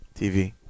TV